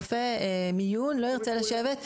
רופא מיון לא ירצה לשבת.